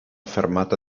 fermata